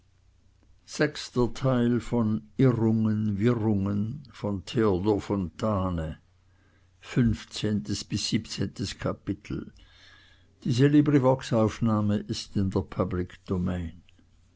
irrungen wirrungen roman